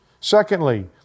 Secondly